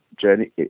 journey